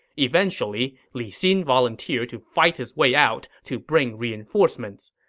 eventually, li xin volunteered to fight his way out to bring reinforcements.